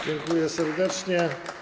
Dziękuję serdecznie.